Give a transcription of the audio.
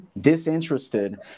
disinterested